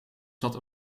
zat